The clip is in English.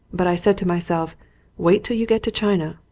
but i said to myself wait till you get to china.